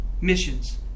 missions